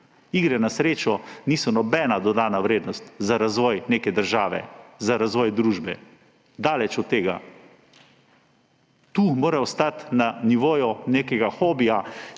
Igre na srečo niso nobena dodana vrednost za razvoj neke države, za razvoj družbe. Daleč od tega. Tu mora ostati na nivoju nekega hobija.